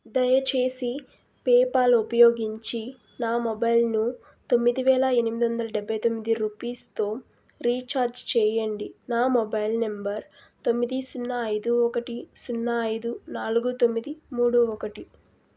దయచేసి పేపాల్ ఉపయోగించి నా మొబైల్ను తొమ్మిది వేల ఎనిమిది వందల డెబ్బై తొమ్మిది రూపీస్తో రీఛార్జ్ చెయ్యండి నా మొబైల్ నెంబర్ తొమ్మిది సున్నా ఐదు ఒకటి సున్నా ఐదు నాలుగు తొమ్మిది మూడు ఒకటి